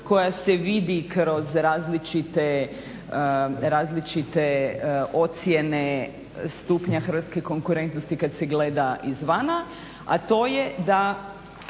koja se vidi kroz različite ocjene stupnja hrvatske konkurentnosti kad se gleda izvana, a to je da